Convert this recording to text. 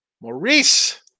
Maurice